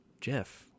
Jeff